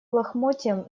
лохмотьям